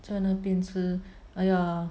在那边吃 !aiya!